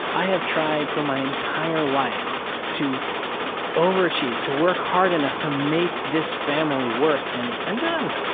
i have tried for my entire life to overachieve, to work hard enough, to make this family work and i'm done.